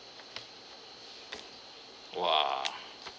!wah!